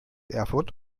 erfurt